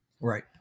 right